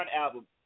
album